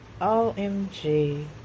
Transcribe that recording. OMG